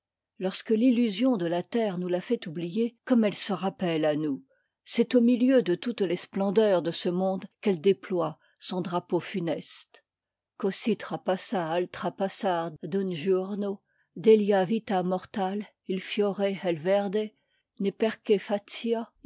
lorsque l'illusion de la terre nous la fait oublier comme elle se rappelle à nous c'est au milieu de toutes tes splendeurs de ce monde qu'elle déploie son drapeau funeste cosi trapassa al trapassar d'un giorno della vita mortal il